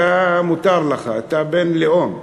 אתה מותר לך, אתה בן לאום,